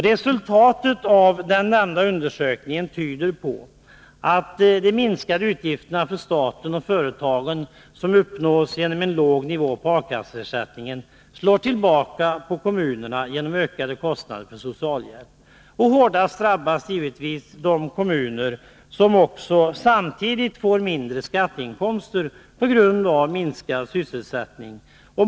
Resultatet av den nämnda undersökningen tyder på att de minskade utgifter för staten och företagen som uppnås genom en låg nivå på A-kasseersättningen slår tillbaka på kommunerna genom ökade kostnader för socialhjälp. Hårdast drabbas givetvis de kommuner som samtidigt får lägre skatteinkomster på grund av minskad sysselsättning.